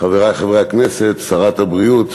חברי חברי הכנסת, שרת הבריאות